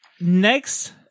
Next